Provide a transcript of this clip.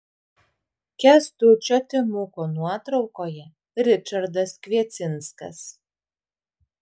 kęstučio timuko nuotraukoje ričardas kviecinskas